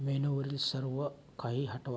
मेनूवरील सर्व काही हटवा